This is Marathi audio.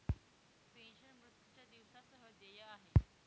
पेन्शन, मृत्यूच्या दिवसा सह देय आहे